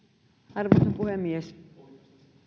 arvoisa puhemies